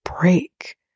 break